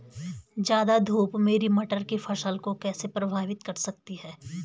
ज़्यादा धूप मेरी मटर की फसल को कैसे प्रभावित कर सकती है?